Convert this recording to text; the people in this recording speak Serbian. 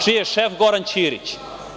Čiji je šef Goran Ćirić?